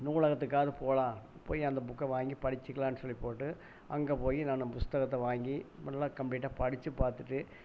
நூலகத்துக்காது போகலாம் போய் அந்த புக்கை வாங்கி படிச்சுகலாம் சொல்லி போட்டு அங்கே போய் நான் புஸ்தகத்தை வாங்கி நல்ல கம்ப்ளீட்டாக படிச்சு பார்த்துட்டு